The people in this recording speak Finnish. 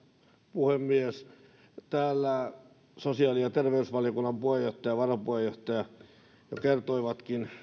puhemies täällä sosiaali ja terveysvaliokunnan puheenjohtaja ja varapuheenjohtaja jo kertoivatkin